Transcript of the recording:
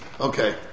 okay